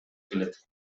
келет